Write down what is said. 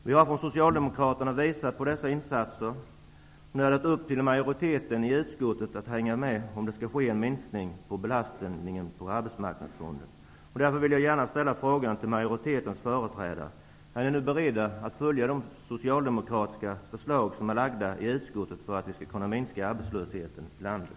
Vi har från Socialdemokraterna visat på behovet av dessa insatser, och nu är det upp till majoriteten i utskottet att hänga med, om det skall ske en minskning på belastningen på Arbetsmarknadsfonden. Jag vill därför ställa följande fråga till majoritetens företrädare: Är ni nu beredda att följa de socialdemokratiska förslag som framlagts i utskottet för att minska arbetslösheten i landet?